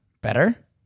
better